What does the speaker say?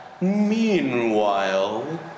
Meanwhile